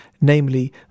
namely